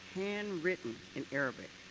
handwritten in arabic.